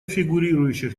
фигурирующих